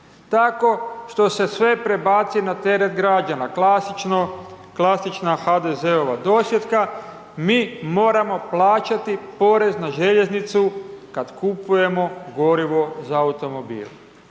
Tako što se sve prebaci na teret građana, klasična HDZ-ova dosjetka. Mi moramo plaćati porez na željeznicu kad kupujemo gorivo za automobil